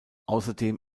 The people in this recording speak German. außerdem